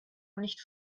nicht